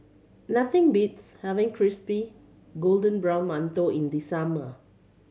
nothing beats having crispy golden brown mantou in the summer